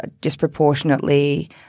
disproportionately